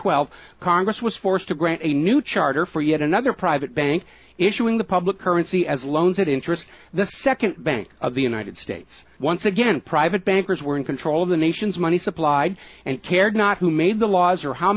twelve congress was forced to grant a new charter for yet another private bank issuing the public currency as loans that interest the second bank of the united states once again private bankers were in control of the nation's money supply and cared not who made the laws or how